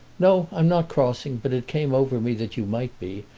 no, i'm not crossing but it came over me that you might be,